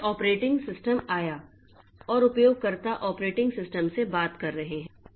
फिर operating system आया और उपयोगकर्ता ऑपरेटिंग सिस्टम से बात कर रहे हैं